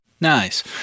Nice